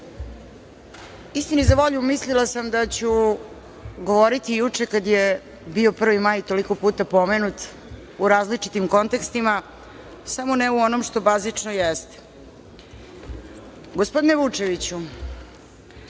Istini za volju, mislila sam da ću govoriti juče, kada je bio 1. maj toliko puta pomenut, u različitima kontekstima, samo ne u onom što bazično jeste. Gospodine Vučeviću,